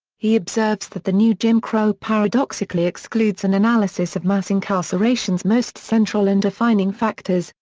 he observes that the new jim crow paradoxically excludes an analysis of mass incarceration's most central and defining factors,